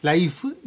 Life